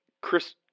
Chris